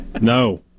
No